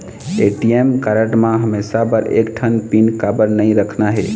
ATM card म हमेशा बर एक ठन पिन काबर नई रखना हे?